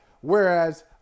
Whereas